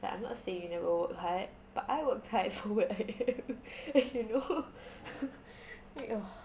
like I'm not saying you never worked hard but I worked for what I am and you know ugh